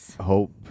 hope